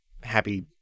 happy